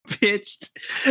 pitched